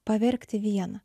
paverkti vieną